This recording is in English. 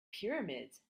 pyramids